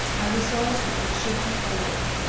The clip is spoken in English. i resolved that it should be all.